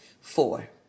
four